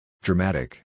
Dramatic